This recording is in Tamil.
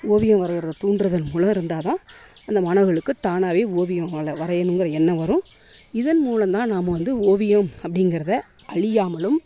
ஓவியம் வரையறது தூண்டுறதன் உலை இருந்தால் தான் இந்த மாணவர்களுக்கு தானாகவே ஓவியம் நல்ல வரையணுங்கிற எண்ணம் வரும் இதன் மூலோம்தான் நாம் வந்து ஓவியம் அப்படிங்கிறத அழியாமலும்